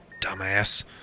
dumbass